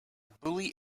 bully